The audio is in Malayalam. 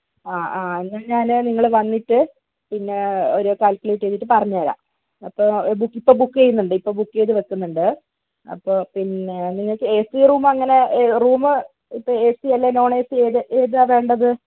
ആ ആ എന്നാൽ ഞാൻ നിങ്ങൾ വന്നിട്ട് പിന്നെ ഒരു കാല്കുലേറ്റ് ചെയ്തിട്ട് പറഞ്ഞുതരാം അപ്പോൾ ഇപ്പോൾ ബുക്ക് ചെയ്യുന്നുണ്ട് ഇപ്പോൾ ബുക്ക് ചെയ്ത് വയ്ക്കുന്നുണ്ട് അപ്പോൾ പിന്നെ നിങ്ങൾക്ക് എ സി റൂം അങ്ങനെ റൂം ഇപ്പോൾ എ സി അല്ലെങ്കിൽ നോൺ എ സി ഏതാണ് വേണ്ടത്